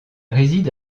réside